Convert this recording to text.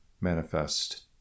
manifest